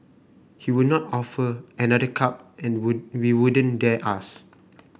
he would not offer another cup and we we wouldn't dare ask